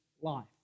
life